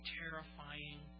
terrifying